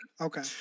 Okay